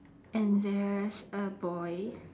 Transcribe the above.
and there's a boy